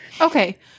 Okay